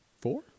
four